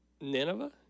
Nineveh